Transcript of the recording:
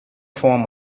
form